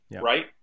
right